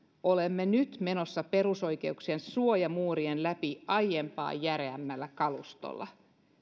olemme nyt menossa perusoikeuksien suojamuurien läpi aiempaa järeämmällä kalustolla